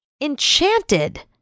enchanted